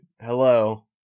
hello